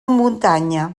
muntanya